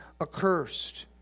accursed